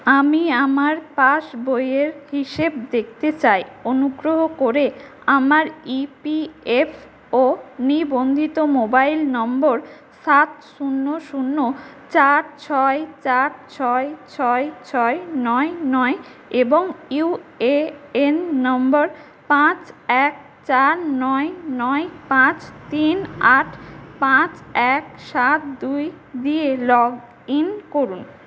আমি আমার পাস বইয়ের হিসেব দেখতে চাই অনুগ্রহ করে আমার ইপিএফও নিবন্ধিত মোবাইল নম্বর সাত শূন্য শূন্য চার ছয় চার ছয় ছয় ছয় নয় নয় এবং ইউএএন নম্বর পাঁচ এক চার নয় নয় পাঁচ তিন আট পাঁচ এক সাত দুই দিয়ে লগ ইন করুন